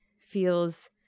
feels